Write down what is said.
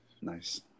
nice